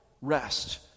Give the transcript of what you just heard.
rest